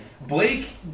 Blake